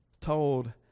told